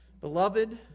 Beloved